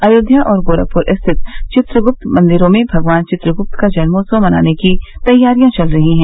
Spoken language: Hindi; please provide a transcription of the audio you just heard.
अयोध्या और गोरखपुर स्थिति चित्रगुप्त मंदिरों में भगवान चित्रग्प्त का जन्मोत्सव मनाने की तैयारी चल रही है